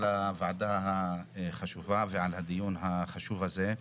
על הוועדה החשובה ועל הדיון החשוב הזה.